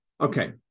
okay